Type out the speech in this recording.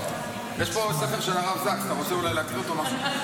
יש פה ספר של הרב זקס, אתה רוצה אולי להקריא משהו?